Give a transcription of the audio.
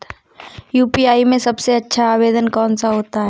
UPI में सबसे अच्छा आवेदन कौन सा होता है?